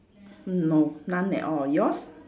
mm no none at all yours